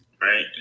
right